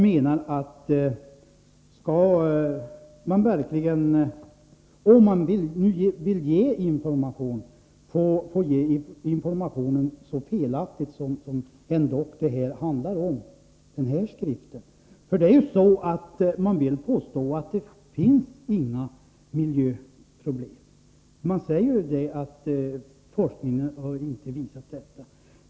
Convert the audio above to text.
Lärarna undrar om information som är så felaktig som här är fallet verkligen skall få lämnas till skolorna. I denna broschyr försöker man påstå att forskningen har visat att det inte finns några miljöproblem.